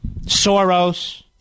Soros